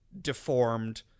deformed